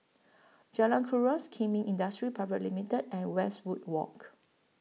Jalan Kuras Kemin Industries Private Limited and Westwood Walk